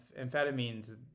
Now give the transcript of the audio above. amphetamines